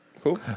Cool